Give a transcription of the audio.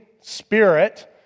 Spirit